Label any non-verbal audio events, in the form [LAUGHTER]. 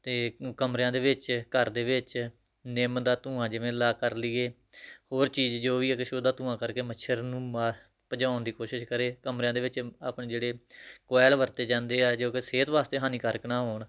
ਅਤੇ [UNINTELLIGIBLE] ਕਮਰਿਆਂ ਦੇ ਵਿੱਚ ਘਰ ਦੇ ਵਿੱਚ ਨਿੰਮ ਦਾ ਧੂੰਆਂ ਜਿਵੇਂ ਲਾ ਕਰ ਲਈਏ ਹੋਰ ਚੀਜ਼ ਜੋ ਵੀ ਆ ਕੁਛ ਉਹਦਾ ਧੂੰਆ ਕਰਕੇ ਮੱਛਰ ਨੂੰ ਮਾਰ ਭਜਾਉਣ ਦੀ ਕੋਸ਼ਿਸ਼ ਕਰੇ ਕਮਰਿਆਂ ਦੇ ਵਿੱਚ ਆਪਣੀ ਜਿਹੜੇ ਕੋਐਲ ਵਰਤੇ ਜਾਂਦੇ ਆ ਜੋ ਕਿ ਸਿਹਤ ਵਾਸਤੇ ਹਾਨੀਕਾਰਕ ਨਾ ਹੋਣ